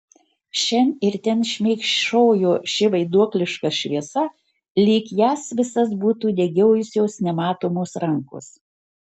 šen ir ten šmėkšojo ši vaiduokliška šviesa lyg jas visas būtų degiojusios nematomos rankos